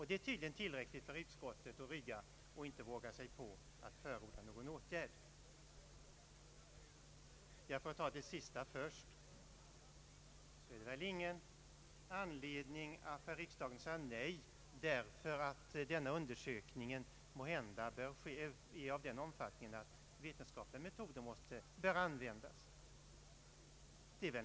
Det är tydligen tillräckligt för att utskottet skall rygga tillbaka och inte våga sig på att förorda någon åtgärd. Låt mig behandla detta sista först. Det finns väl ingen anledning för riksdagen att säga nej bara för att denna undersökning måhända är av den omfattningen att vetenskapliga metoder bör användas.